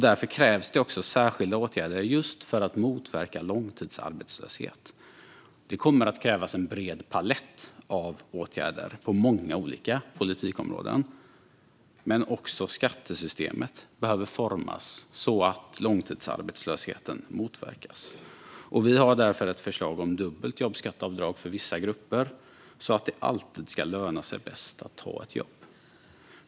Därför krävs det särskilda åtgärder just för att motverka långtidsarbetslöshet. Det kommer att krävas en bred palett av åtgärder på många olika politikområden, men också skattesystemet behöver formas så att långtidsarbetslösheten motverkas. Vi har därför ett förslag om dubbelt jobbskatteavdrag för vissa grupper så att det alltid ska löna sig bäst att ta ett jobb.